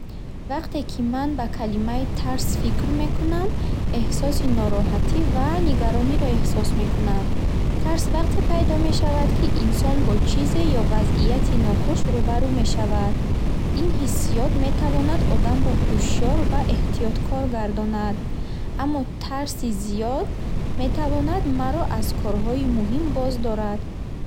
Вақте ки ман ба калимаи тарс фикр мекунам, эҳсоси нороҳатӣ ва нигарониро эҳсос мекунам. Тарс вақте пайдо мешавад, ки инсон бо чизе ё вазъияти нохуш рӯбарӯ мешавад. Ин ҳиссиёт метавонад одамро ҳушёр ва эҳтиёткор гардонад. Аммо тарси зиёд метавонад маро аз корҳои муҳим боздорад.